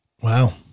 Wow